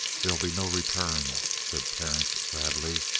there'll be no return, said terence sadly.